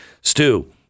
Stu